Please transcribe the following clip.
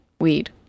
weed